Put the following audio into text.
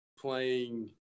Playing